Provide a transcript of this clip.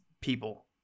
people